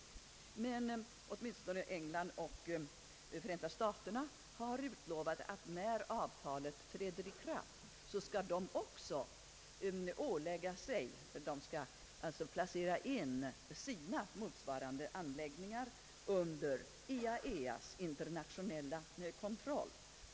Åtminstone England och Förenta staterna har utlovat att de, när avtalet träder i kraft, skall placera in sina motsvarande anläggningar under IAEA:s internationella kontroll.